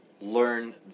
learn